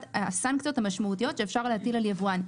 הסנקציות המשמעותיות שאפשר להטיל על יבואן.